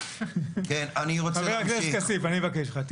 אני מבקש ממך.